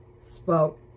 spoke